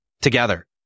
together